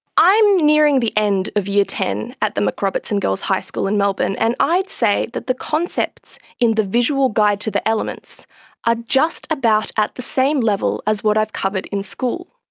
i'm nearing the end of year ten at the mac. robertson girls' high school in melbourne, and i'd say that the concepts in the visual guide to the elements are just about at the same level as what i've covered in school.